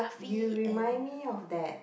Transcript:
you remind me of that